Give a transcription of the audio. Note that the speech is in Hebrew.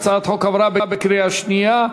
הצעת החוק עברה בקריאה שנייה.